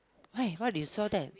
why what you that